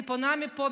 אני פונה מפה,